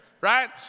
right